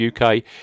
UK